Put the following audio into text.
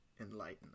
Enlighten